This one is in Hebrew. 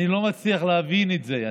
אני לא מצליח להבין את זה.